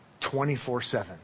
24-7